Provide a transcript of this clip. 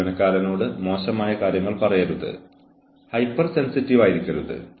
ആരോപിക്കപ്പെടുന്ന തെറ്റായ പെരുമാറ്റം എങ്ങനെയെന്ന് അന്വേഷിക്കണം